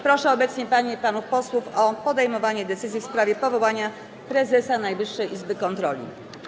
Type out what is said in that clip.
Proszę obecnie panie i panów posłów o podejmowanie decyzji w sprawie powołania prezesa Najwyższej Izby Kontroli.